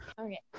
Okay